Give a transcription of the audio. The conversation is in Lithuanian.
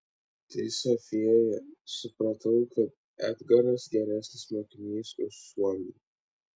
tai sofijoje supratau kad edgaras geresnis mokinys už suomį